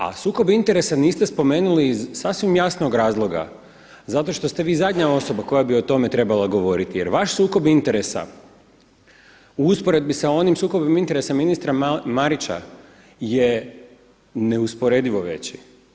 A sukob interesa niste spomenuli iz sasvim jasnog razloga, zato što ste vi zadnja osoba koja bi o tome trebala govoriti jer vaš sukob interesa u usporedbi sa onim sukobom interesa ministra Marića je neusporedivo veći.